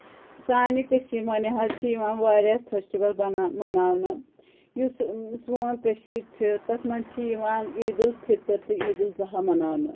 سانہِ کشیٖرِ منٛز حَظ چھِ یِوان واریاہ فیسٹول بنا مَنَاونہٕ یُس سون کشیٖر چھِ تتھ منٛز چھِ یِوان عیٖدُالفِطُر تہٕ عیٖدُالضحیٰ مَنَاونہٕ